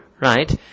right